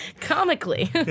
Comically